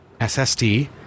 SSD